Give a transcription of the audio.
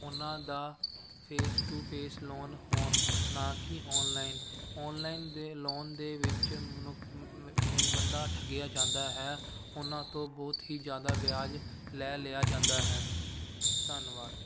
ਉਨਾਂ ਦਾ face to face loan ਹੋਣ ਨਾ ਕਿ ਓਨਲਾਈਨ ਓਨਲਾਈਨ ਦੇ ਲੋਨ ਦੇ ਵਿੱਚ ਮਨੁੱਖ ਬੰਦਾ ਠੱਗਿਆ ਜਾਂਦਾ ਹੈ ਉਹਨਾਂ ਤੋਂ ਬਹੁਤ ਹੀ ਜ਼ਿਆਦਾ ਵਿਆਜ ਲੈ ਲਿਆ ਜਾਂਦਾ ਹੈ ਧੰਨਵਾਦ